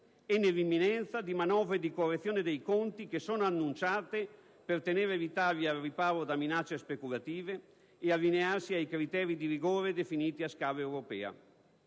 e nell'imminenza di manovre di correzione dei conti che sono annunciate per tenere l'Italia al riparo da minacce speculative e allinearsi ai criteri di rigore definiti su scala europea.